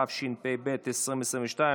התשפ"ב 2022,